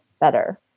better